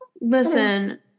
Listen